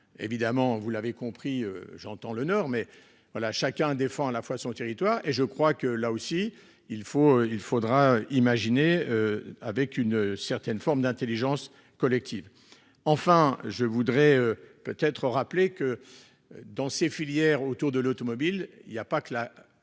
évidemment vous l'avez compris, j'entends le nord mais voilà chacun défend à la fois son territoire et je crois que là aussi il faut, il faudra imaginer. Avec une certaine forme d'Intelligence collective. Enfin je voudrais. Peut-être rappeler que. Dans ces filières autour de l'automobile, il y a pas que la.